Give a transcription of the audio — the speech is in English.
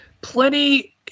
Plenty